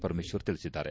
ಪರಮೇಶ್ವರ ತಿಳಿಸಿದ್ದಾರೆ